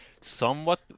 somewhat